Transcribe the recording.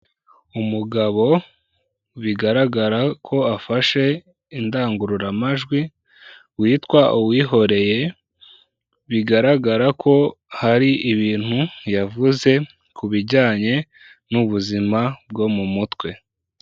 Umugabo bigaragara ko afashe indangururamajwi witwa Uwihoreye, bigaragara ko hari ibintu yavuze ku bijyanye n'ubuzima bwo mu mutwe.